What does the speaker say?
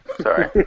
Sorry